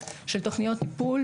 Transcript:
אל תגידי את זה, יסגרו אותו.